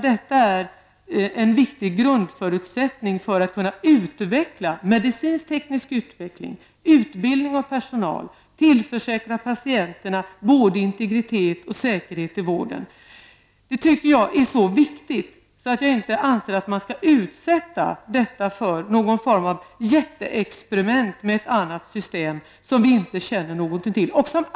Detta är en viktig grundförutsättning för att man skall kunna utveckla på det medicinsk-tekniska området och när det gäller utbildning av personal samt tillförsäkra patienterna integritet och säkerhet i vården. Det tycker jag är så viktigt att jag inte anser att man skall utsätta detta för någon form av jätteexperiment med ett annat system, som vi inte känner till.